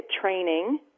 training